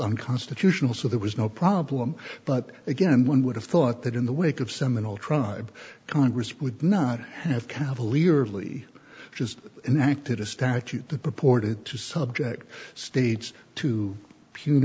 unconstitutional so there was no problem but again one would have thought that in the wake of seminole tribe congress would not have cavalierly just enacted a statute that purported to subject states to